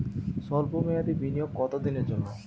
সল্প মেয়াদি বিনিয়োগ কত দিনের জন্য?